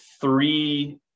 three